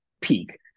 peak